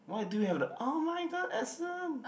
why do you have the [oh]-my-god accent